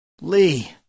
Lee